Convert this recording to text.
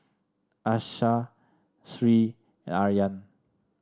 Aishah Sri Aryan